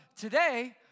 today